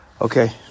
Okay